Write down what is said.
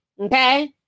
Okay